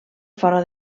fora